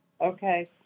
Okay